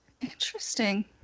Interesting